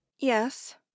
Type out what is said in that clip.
Yes